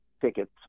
tickets